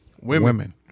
Women